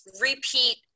repeat